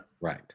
Right